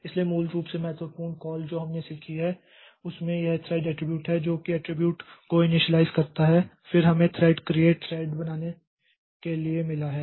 इसलिए मूल रूप से महत्वपूर्ण कॉल जो हमने सीखी है उसमें यह pthread एट्रीब्यूट है जो कि एट्रीब्यूट को इनिशियलाइज़ करता है फिर हमें थ्रेड create थ्रेड बनाने के लिए मिला है